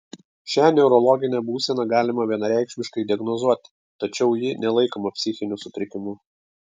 šią neurologinę būseną galima vienareikšmiškai diagnozuoti tačiau ji nelaikoma psichiniu sutrikimu